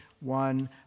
one